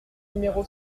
numéro